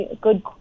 good